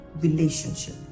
relationship